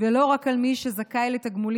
ולא רק על מי שזכאי לתגמולים,